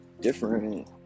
different